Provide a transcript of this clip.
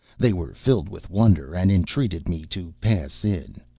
they were filled with wonder, and entreated me to pass in.